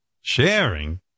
Sharing